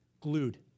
glued